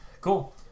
Cool